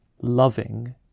loving